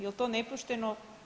Jel to nepošteno?